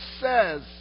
says